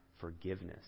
forgiveness